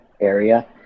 area